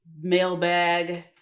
mailbag